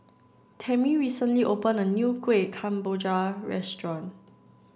Tammi recently opened a new Kueh Kemboja Restaurant